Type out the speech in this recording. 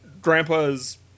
Grandpa's